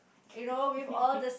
in all with all these